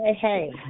Hey